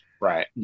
Right